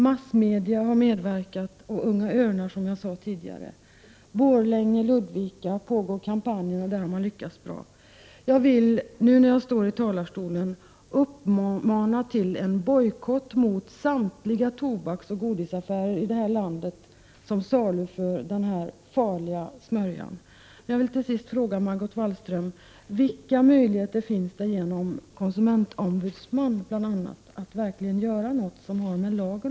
Massmedia och, som sagt, Unga örnar har medverkat. I Borlänge och Ludvika pågår kampanjen och där har man lyckats bra. Jag vill här från talarstolen uppmana till bojkott mot samtliga tobaksoch godisaffärer i vårt land som saluför den här farliga smörjan.